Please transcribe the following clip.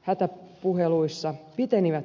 hätäpuheluissa pitenivät merkittävästi